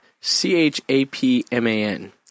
C-H-A-P-M-A-N